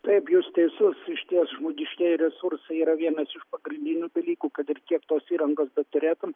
taip jūs teisus išties žmogiškieji resursai yra vienas iš pagrindinių dalykų kad ir kiek tos įrangos beturėtum